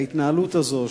ההתנהלות הזאת,